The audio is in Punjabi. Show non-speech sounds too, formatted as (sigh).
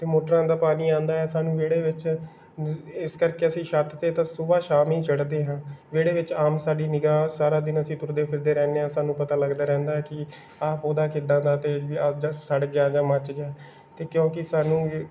ਅਤੇ ਮੋਟਰਾਂ ਦਾ ਪਾਣੀ ਆਉਂਦਾ ਹੈ ਸਾਨੂੰ ਵਿਹੜੇ ਵਿੱਚ ਇਸ ਕਰਕੇ ਅਸੀਂ ਛੱਤ 'ਤੇ ਤਾਂ ਸੁਬਾਹ ਸ਼ਾਮ ਹੀ ਚੜ੍ਹਦੇ ਹਾਂ ਵਿਹੜੇ ਵਿੱਚ ਆਮ ਸਾਡੀ ਨਿਗਾਹ ਸਾਰਾ ਦਿਨ ਅਸੀਂ ਤੁਰਦੇ ਫਿਰਦੇ ਰਹਿੰਦੇ ਹਾਂ ਸਾਨੂੰ ਪਤਾ ਲੱਗਦਾ ਰਹਿੰਦਾ ਹੈ ਕਿ ਆਹ ਪੌਦਾ ਕਿੱਦਾਂ ਦਾ ਅਤੇ (unintelligible) ਸੜ ਗਿਆ ਜਾਂ ਮੱਚ ਗਿਆ ਅਤੇ ਕਿਉਂਕਿ ਸਾਨੂੰ ਵੀ